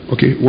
Okay